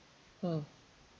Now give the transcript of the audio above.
mm